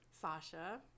Sasha